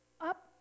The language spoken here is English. up